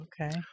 Okay